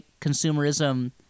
consumerism